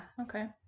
okay